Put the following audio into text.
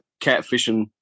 catfishing